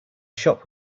shop